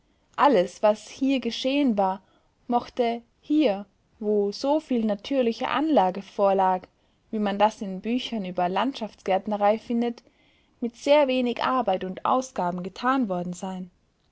alles was hier geschehen war mochte hier wo soviel natürliche anlage vorlag wie man das in büchern über landschaftsgärtnerei findet mit sehr wenig arbeit und ausgaben getan worden sein